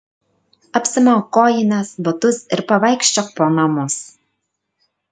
apsimauk kojines batus ir pavaikščiok po namus